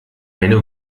eine